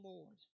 Lord